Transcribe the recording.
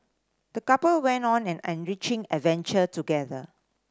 the couple went on an enriching adventure together